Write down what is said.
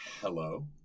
Hello